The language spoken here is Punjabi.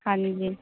ਹਾਂਜੀ